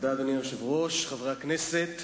אדוני היושב-ראש, תודה, חברי הכנסת,